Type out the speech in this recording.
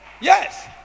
Yes